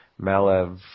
Malev